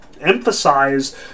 emphasize